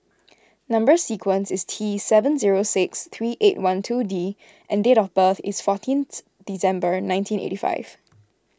Number Sequence is T seven zero six three eight one two D and date of birth is fourteenth December nineteen eighty five